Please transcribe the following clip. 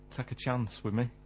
take a chance with me.